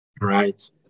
right